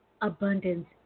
abundance